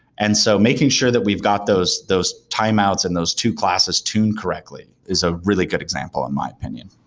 and so making sure that we've got those those timeouts and those two classes tune correctly is a really good example in my opinion.